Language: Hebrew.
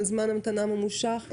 על זמן המתנה ממושך?